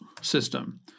system